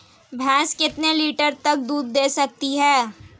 भैंस कितने लीटर तक दूध दे सकती है?